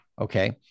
Okay